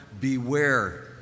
beware